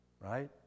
right